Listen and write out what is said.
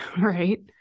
right